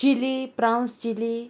chilli prawns chilli